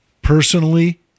Personally